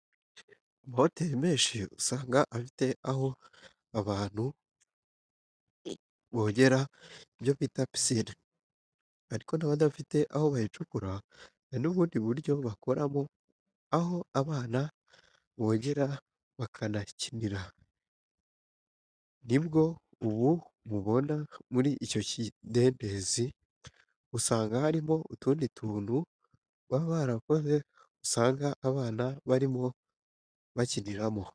Amahoteli menshi usanga afite aho bantu bogera ibyo bita pisine ariko n'abadafite aho bayicukura hari n'ubundi buryo bakoramo aho abana bogera bakahakinira nibwo ubu mubona muri icyo kidendezi usanga harimo utundi tuntu baba barakoze usanga abana barimo bakiniramo.